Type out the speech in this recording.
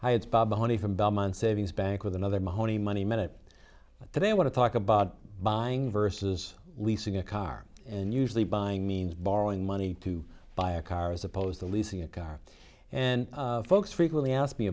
hi it's bob honey from belmont savings bank with another mahoney money minute they want to talk about buying versus leasing a car and usually buying means borrowing money to buy a car as opposed to leasing a car and folks frequently asked me